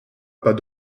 pas